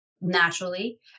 naturally